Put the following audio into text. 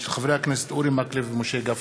של חברי הכנסת אורי מקלב ומשה גפני.